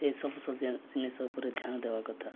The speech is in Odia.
ଏସବୁ ଜିନିଷ ଉପରେ ଧ୍ୟାନ ଦେବା କଥା